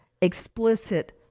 explicit